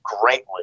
greatly